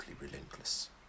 relentless